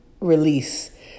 release